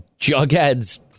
Jughead's